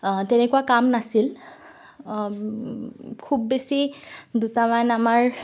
তেনেকুৱা কাম নাছিল খুব বেছি দুটামান আমাৰ